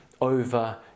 over